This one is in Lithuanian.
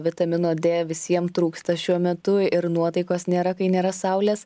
vitamino d visiem trūksta šiuo metu ir nuotaikos nėra kai nėra saulės